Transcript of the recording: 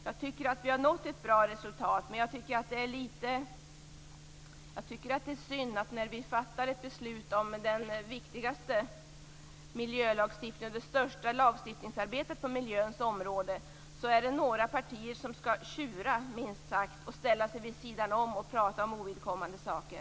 Jag tycker att vi har nått ett bra resultat, men när vi fattar beslut om den viktigaste miljölagstiftningen och har det största lagstiftningsarbetet på miljöns område, är det synd att några partier skall tjura, minst sagt, och ställa sig vid sidan om och prata om ovidkommande saker.